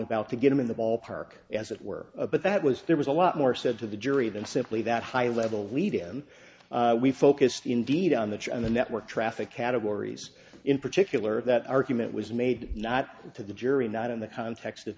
about to get in the ballpark as it were but that was there was a lot more said to the jury than simply that high level lead him we focused indeed on the on the network traffic categories in particular that argument was made not to the jury not in the context of